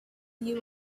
you